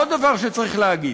עוד דבר שצריך להגיד: